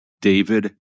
David